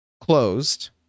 closed